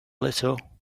little